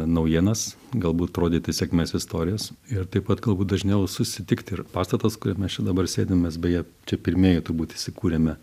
naujienas galbūt parodyti sėkmės istorijas ir taip pat galbūt dažniau susitikti ir pastatas kuriame mes čia dabar sėdim mes beje čia pirmieji turbūt įsikūrėme